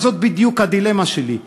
אבל זאת בדיוק הדילמה שלי,